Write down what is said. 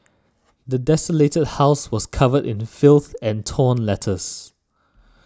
the desolated house was covered in filth and torn letters